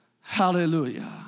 hallelujah